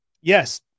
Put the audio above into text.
Yes